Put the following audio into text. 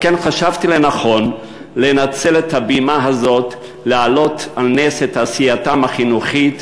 על כן חשבתי לנכון לנצל את הבמה הזאת להעלות על נס את עשייתם החינוכית